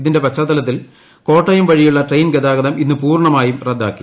ഇതിന്റെ പശ്ചാത്തലത്തിൽ കോട്ടയം വഴിയുള്ള ട്രെയിൻ ഗതാഗതം ഇന്ന് പൂർണമായും റദ്ദാക്കി